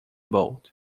boat